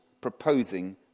proposing